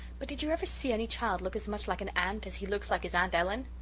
but did you ever see any child look as much like an aunt as he looks like his aunt ellen?